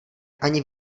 ani